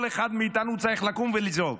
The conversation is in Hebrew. כל אחד מאיתנו צריך לקום ולזעוק.